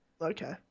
okay